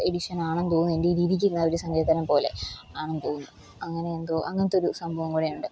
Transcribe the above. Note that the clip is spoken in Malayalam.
എഡിഷനാണെന്ന് തോന്നുന്നു എൻ്റെയ്യി ഇരിക്കുന്ന ആ ഒരു സങ്കീർത്തനം പോലെ ആണെന്ന് തോന്നു അങ്ങനെയെന്തോ അങ്ങനത്തൊരു സംഭവം കൂടെയുണ്ട്